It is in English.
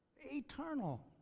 Eternal